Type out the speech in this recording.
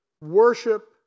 worship